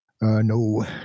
no